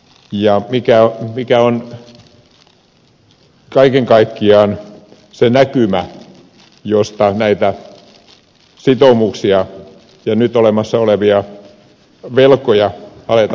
ja mikä on kaiken kaikkiaan se näkymä josta näitä sitoumuksia ja nyt olemassa olevia velkoja aletaan joskus maksaa